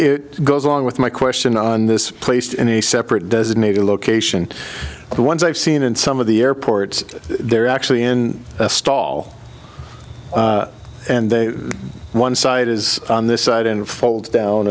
it goes along with my question on this placed in a separate designated location the ones i've seen and some of the airports they're actually in a stall one side is on this side and folds down